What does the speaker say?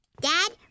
Dad